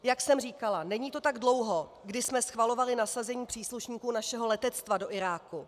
Jak jsem říkala, není to tak dlouho, kdy jsme schvalovali nasazení příslušníků našeho letectva do Iráku.